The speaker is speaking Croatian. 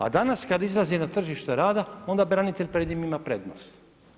A danas kada izlazi na tržište rada onda branitelj pred njim ima prednost.